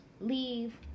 leave